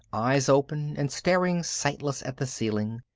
eyes open and staring sightless at the ceiling,